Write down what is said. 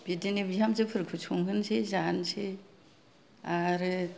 बिदिनो बिहामजोफोरखौ संहोनोसै जानोसै आरो